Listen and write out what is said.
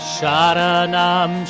Sharanam